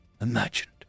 imagined